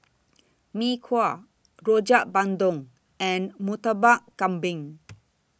Mee Kuah Rojak Bandung and Murtabak Kambing